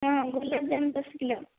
ହଁ ଗୁଲାବଜାମ ଦଶ କିଲୋ